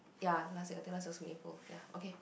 ya last week I think last was maple ya okay